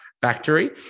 factory